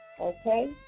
Okay